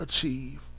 achieve